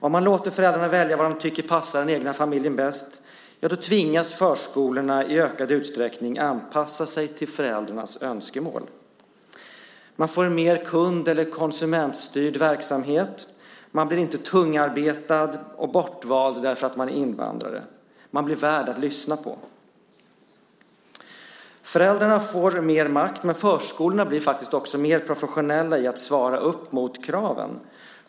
Om man låter föräldrarna välja vad de tycker passar den egna familjen bäst tvingas förskolorna i ökad utsträckning anpassa sig till föräldrarnas önskemål. Det blir en mer kund eller konsumentstyrd verksamhet. Man blir inte "tungarbetad" och bortvald därför att man är invandrare. Man blir värd att lyssna på. Föräldrarna får mer makt, och förskolorna blir faktiskt också mer professionella när det gäller att svara upp mot kraven.